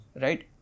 Right